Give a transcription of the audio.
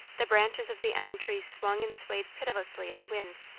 the branches of the elm trees swung and swayed pitilessly in the wind,